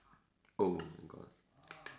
oh my god